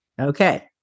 Okay